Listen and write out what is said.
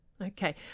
Okay